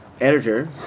editor